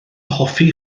hoffi